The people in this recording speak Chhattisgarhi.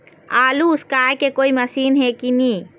आलू उसकाय के कोई मशीन हे कि नी?